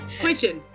question